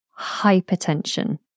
Hypertension